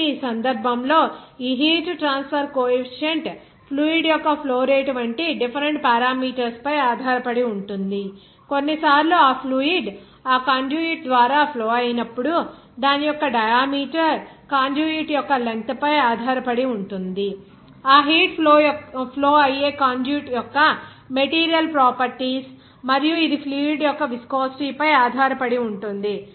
కాబట్టి ఈ సందర్భంలో ఈ హీట్ ట్రాన్స్ఫర్ కోఎఫీసియంట్ ఫ్లూయిడ్ యొక్క ఫ్లో రేటు వంటి డిఫెరెంట్ పారామీటర్స్ పై ఆధారపడి ఉంటుంది కొన్నిసార్లు ఆ ఫ్లూయిడ్ ఆ కండ్యూట్ ద్వారా ఫ్లో అయినపుడు దాని యొక్క డయామీటర్ కండ్యూట్ యొక్క లెంగ్త్ ఫై కూడా ఆధారపడి ఉంటుంది ఆ హీట్ ఫ్లో అయ్యే కండ్యూట్ యొక్క మెటీరియల్ ప్రాపర్టీస్ మరియు ఇది ఫ్లూయిడ్ యొక్క విస్కోసిటీ పై ఆధారపడి ఉంటుంది